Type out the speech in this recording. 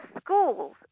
schools